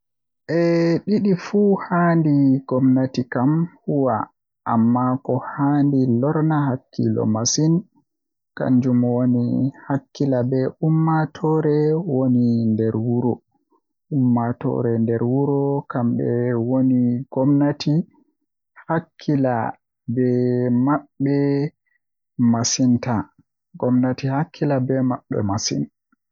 Eh didi fuu handi gomnati kam huwa amma ko handi lorna hakkilo masin kanjum woni hakkila be ummatoore woni nderwuro ummtoore nder wuro kambe woni gomnati hakkila be mabbe masin